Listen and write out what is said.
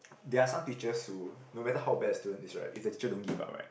there are some teachers who no matter how bad a student is right if the teacher don't give up right